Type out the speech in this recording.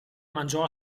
mangiò